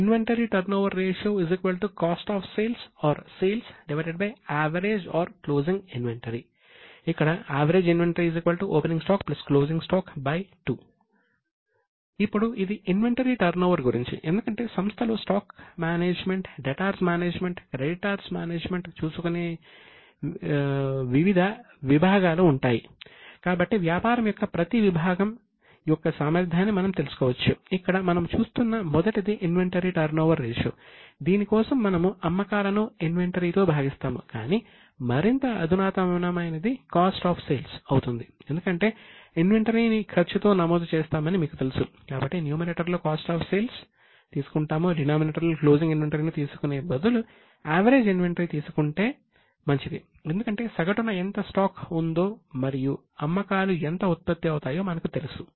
cost of sales inventory turnover ratio average or closing inventory ఇక్కడ opening stock average inventory 2 ఇప్పుడు ఇది inventory turnover ఉందో మరియు అమ్మకాలు ఎంత ఉత్పత్తి అవుతాయో మనకు తెలుసు